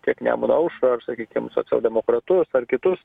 tiek nemuno aušrą ar sakykim socialdemokratus ar kitus